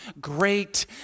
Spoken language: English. great